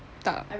tak